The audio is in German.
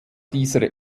dieser